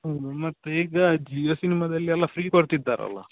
ಹೌದು ಮತ್ತೆ ಈಗ ಜಿಯೋ ಸಿನ್ಮದಲ್ಲಿ ಎಲ್ಲ ಫ್ರೀ ಕೊಡ್ತಿದ್ದಾರಲ್ಲ